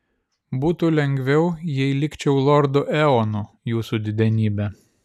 būtų lengviau jei likčiau lordu eonu jūsų didenybe